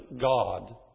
God